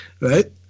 right